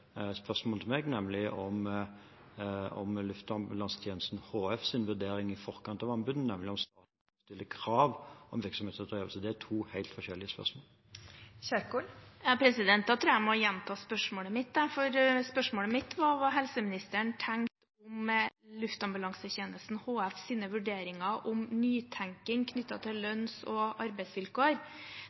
spørsmål til meg, nemlig om Luftambulansetjenesten HFs vurdering i forkant av anbudet, nemlig om staten kunne stille krav om virksomhetsoverdragelse. Det er to helt forskjellige spørsmål. Da tror jeg at jeg må gjenta spørsmålet mitt. For spørsmålet mitt var hva helseministeren tenker om Luftambulansetjenesten HFs vurderinger om nytenking knyttet til lønns- og arbeidsvilkår.